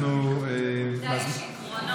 אתה איש עקרונות,